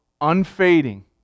unfading